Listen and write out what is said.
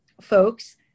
folks